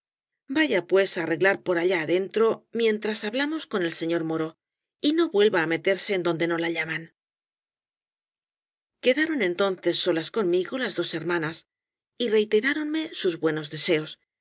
vaya pues á arreglar por allá adentro mientras hablamos con el señor moro y no vuelva á meterse en donde no la llaman quedaron entonces solas conmigo las dos hermanas y reiteráronme sus buenos deseos